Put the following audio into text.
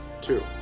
Two